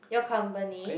your company